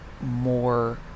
more